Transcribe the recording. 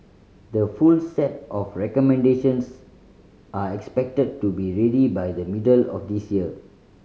the full set of recommendations are expected to be ready by the middle of this year